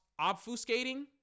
obfuscating